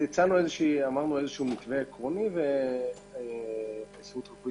הצענו מתווה עקרוני וההסתדרות הרפואית